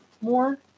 more